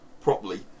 properly